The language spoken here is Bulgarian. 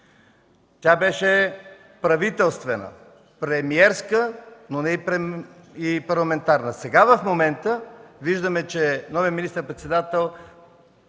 Тя беше правителствена, премиерска, но не и парламентарна. Сега в момента виждаме, че новият министър-председател